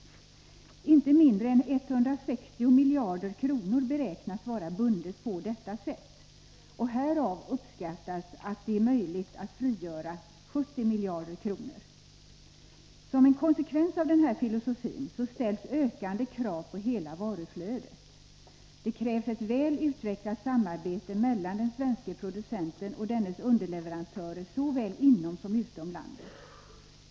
Inte mindre än 160 miljarder kronor beräknas vara bundet i lager. Härav uppskattar man att det är möjligt att frigöra 70 miljarder kronor. Som en konsekvens av denna filosofi ställs ökande krav på hela varuflödet. Det krävs ett väl utvecklat samarbete mellan den svenske producenten och dennes underleverantörer, såväl inom som utom landet.